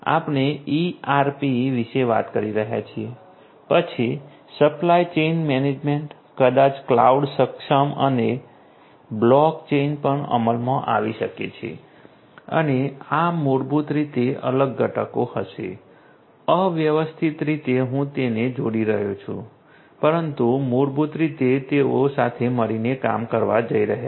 આપણે ERP વિશે વાત કરી રહ્યા છીએ પછી સપ્લાય ચેઇન મેનેજમેન્ટ કદાચ ક્લાઉડ સક્ષમ અને બ્લોક ચેઇન પણ અમલમાં આવી શકે છે અને આ મૂળભૂત રીતે અલગ ઘટકો હશે અવ્યવસ્થિત રીતે હું તેમને જોડી રહ્યો છું પરંતુ મૂળભૂત રીતે તેઓ સાથે મળીને કામ કરવા જઈ રહ્યા છે